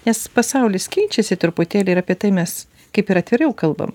nes pasaulis keičiasi truputėlį ir apie tai mes kaip ir atviriau kalbam